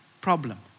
problem